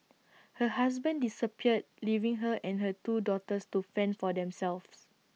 her husband disappeared leaving her and her two daughters to fend for themselves